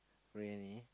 briyani